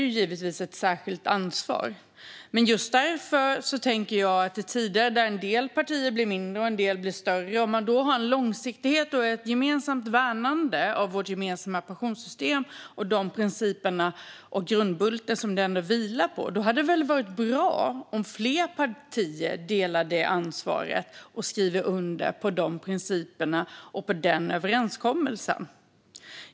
Just därför tänker jag, när en del partier blir mindre och andra blir större och man har en långsiktighet och ett gemensamt värnande av vårt pensionssystem och de principer och grundbultar som det vilar på, att det hade varit bra om fler partier delade detta ansvar och skrev under på dessa principer och överenskommelsen.